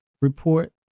report